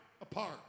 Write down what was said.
apart